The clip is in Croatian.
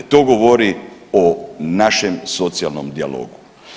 To govori o našem socijalnom dijalogu.